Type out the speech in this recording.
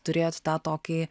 turėjot tą tokį